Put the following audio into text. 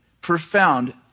profound